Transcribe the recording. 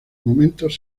momentos